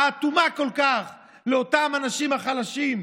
האטומה כל כך לאותם אנשים חלשים,